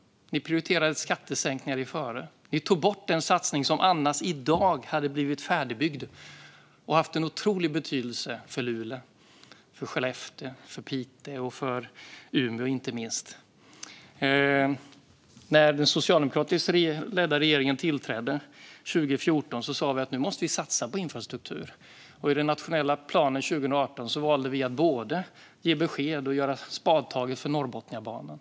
Ni prioriterade skattesänkningar, Mattias Karlsson. Ni tog bort satsningen på det som annars i dag hade varit färdigbyggt och haft en otroligt stor betydelse för Luleå, för Skellefteå, för Piteå och inte minst för Umeå. När den socialdemokratiskt ledda regeringen tillträdde 2014 sa vi: Nu måste vi satsa på infrastruktur. I den nationella planen 2018 valde vi att både ge besked och ta första spadtaget för Norrbotniabanan.